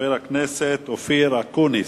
חבר הכנסת אופיר אקוניס.